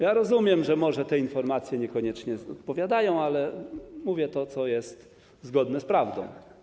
Ja rozumiem, że może te informacje niekoniecznie odpowiadają, ale mówię to, co jest zgodne z prawdą.